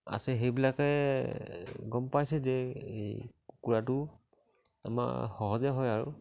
আছে সেইবিলাকে গম পাইছে যে এই কুকুৰাটো আমাৰ সহজে হয় আৰু